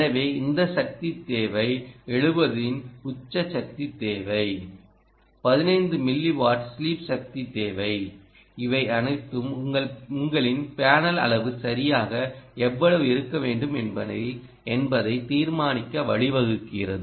எனவே இந்த சக்தி தேவை 70 இன் உச்ச சக்தி தேவை 15 மில்லி வாட் ஸ்லீப் சக்தி தேவை இவை அனைத்தும் உங்கள் பேனலின் அளவு சரியாக எவ்வளவு இருக்க வேண்டும் என்பதை தீர்மானிக்க வழிவகுக்கிறது